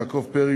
יעקב פרי,